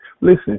listen